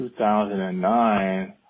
2009